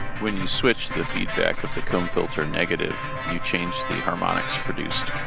when you switch the feedback of the comb filter negative you change the harmonics produced